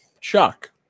Chuck